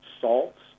salts